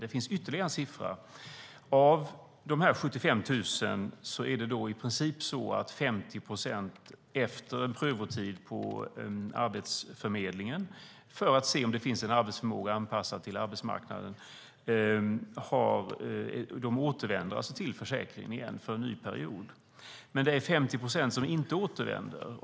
Det finns ytterligare en siffra: Av dessa 75 000 återvänder i princip 50 procent, efter en prövotid på Arbetsförmedlingen för att se om det finns en arbetsförmåga anpassad till arbetsmarknaden, till försäkringen för en ny period. Men det är 50 procent som inte återvänder.